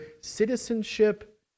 citizenship